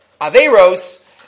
Averos